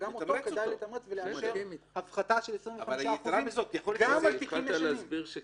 שגם אותו היה כדאי לתמרץ ולאשר הפחתה של 25% גם על תיקים ישנים.